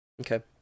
Okay